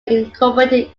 incorporated